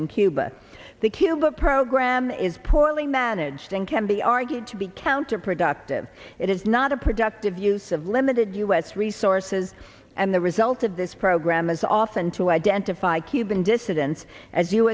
in cuba the cuba a program is poorly managed and can be argued to be counterproductive it is not a productive use of limited u s resources and the result of this program is often to identify cuban dissidents as